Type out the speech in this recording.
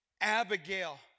Abigail